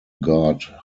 god